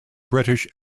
british